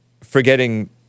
forgetting